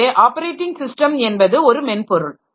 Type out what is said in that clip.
எனவே operating system என்பது ஒரு மென்பொருள்